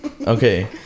Okay